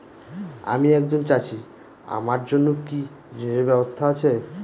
আমি একজন চাষী আমার জন্য কি ঋণের ব্যবস্থা আছে?